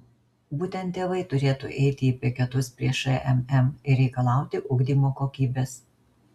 būtent tėvai turėtų eiti į piketus prie šmm ir reikalauti ugdymo kokybės